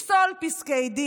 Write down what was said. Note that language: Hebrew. יפסול פסקי דין,